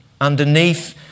underneath